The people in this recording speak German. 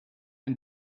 ein